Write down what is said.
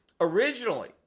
originally